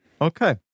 Okay